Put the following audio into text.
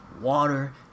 water